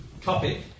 topic